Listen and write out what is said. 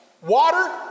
Water